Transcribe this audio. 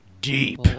Deep